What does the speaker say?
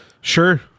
Sure